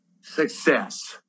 success